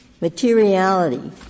materiality